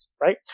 right